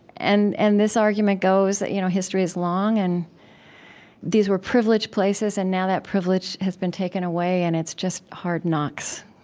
and and this argument goes that you know history is long, and these were privileged places, and now that privilege has been taken away, and it's just hard knocks